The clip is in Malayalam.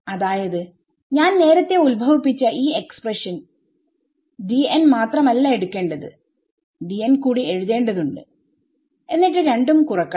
അതായത് ഞാൻ നേരത്തെ ഉത്ഭവിപ്പിച്ച ഈ എക്സ്പ്രഷൻ മാത്രമല്ല എടുക്കേണ്ടത് കൂടി എഴുതേണ്ടതുണ്ട് എന്നിട്ട് രണ്ടും കുറക്കണം